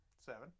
seven